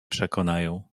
przekonają